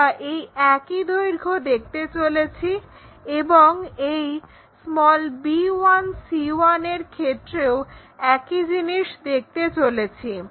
আমরা এই একই দৈর্ঘ্য দেখতে চলেছি এবং এই b1 c1 এর ক্ষেত্রেও একই জিনিস দেখতে চলেছি